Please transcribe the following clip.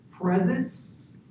Presence